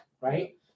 right